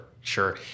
sure